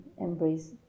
Embrace